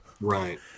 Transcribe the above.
right